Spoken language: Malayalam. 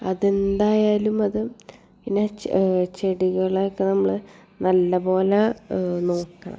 അതെന്തായാലും അത് പിന്നെ ചെടികളെയൊക്കെ നമ്മൾ നല്ല പോലെ നോക്കണം